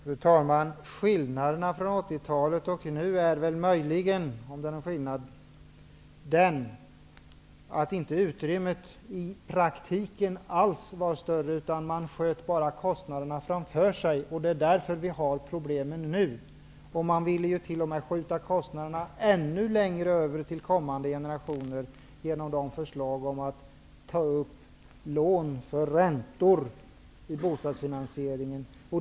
Fru talman! Skillnaden mellan 80-talet och nu är väl möjligen -- om det nu är någon skillnad -- att utrymmet i praktiken inte alls var större utan att man bara sköt kostnaderna framför sig. Det är därför som vi har problemen nu. Socialdemokraterna vill ju fortsätta med att skjuta kostnaderna över till kommande generationer genom att lägga fram förslag om lån för att finansiera räntor till bostadskostnader.